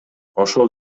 ошол